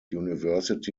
university